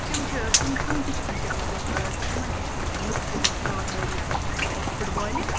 تِم چھِ تِم تہٕ چھِ ونکیٚن مطلب تِمن تہِ چھِ ونکیٚن لُکھ دِوان ساتھ واریاہ مطلب اکھ فُٹ بالہِ